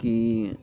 की